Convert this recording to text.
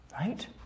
right